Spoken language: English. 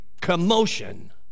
commotion